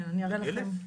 כן, אני אראה לכם,